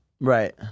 right